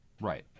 Right